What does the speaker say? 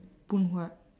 phoon huat